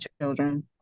children